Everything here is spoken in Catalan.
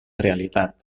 realitat